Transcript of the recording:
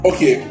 Okay